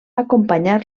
acompanyar